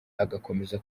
agakomeza